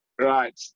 right